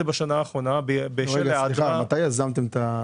בשנה האחרונה --- מתי יזמתם את זה?